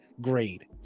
grade